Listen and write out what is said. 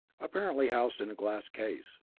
apparently housed in a glass case.